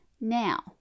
Now